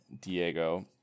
Diego